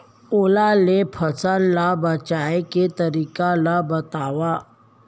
ओला ले फसल ला बचाए के तरीका ला बतावव?